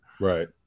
Right